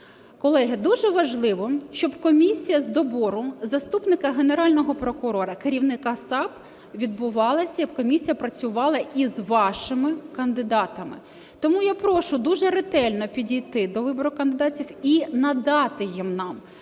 Колеги, дуже важливо, щоб комісія з добору заступника Генерального прокурора – керівника САП відбувалася, комісія працювала і з вашими кандидатами. Тому я прошу, дуже ретельно підійти до вибору кандидатів і надати їх нам.